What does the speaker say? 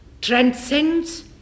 transcends